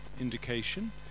indication